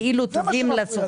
כביכול,